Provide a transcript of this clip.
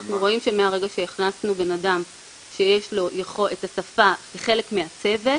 אנחנו רואים שמהרגע שהכנסנו בן אדם שיש לו את השפה כחלק מהצוות